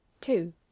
two